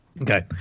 okay